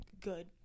good